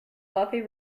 buffy